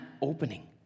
opening